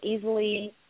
easily